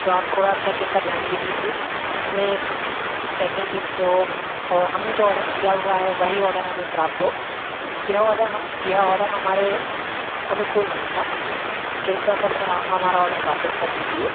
तो आप थोड़ा पैकिंग का ध्यान भी दीजिए जिसमें पैकिंग ठीक से हो और हमने जो ऑडर किया हुआ है वही ऑडर हमें प्राप्त हो यह ऑदर हम यह ऑडर हमारे अनुकूल नहीं था कृपया कर सर आप हमारा ऑडर वापस कर लीजिए